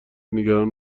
نگران